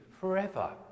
forever